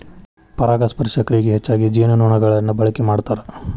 ಪರಾಗಸ್ಪರ್ಶ ಕ್ರಿಯೆಗೆ ಹೆಚ್ಚಾಗಿ ಜೇನುನೊಣಗಳನ್ನ ಬಳಕೆ ಮಾಡ್ತಾರ